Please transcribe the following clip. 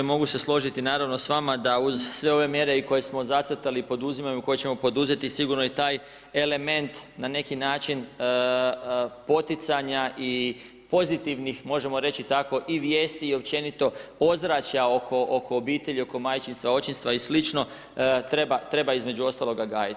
Mogu se složiti naravno sa vama da uz sve ove mjere i koje smo zacrtali i poduzimamo i koje ćemo poduzeti sigurno je taj element na neki način poticanja i pozitivnih možemo reći tako i vijesti i općenito ozračja oko obitelji, oko majčinstva, očinstva i slično treba između ostaloga gajiti.